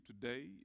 today